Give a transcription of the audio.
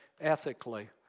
ethically